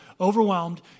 overwhelmed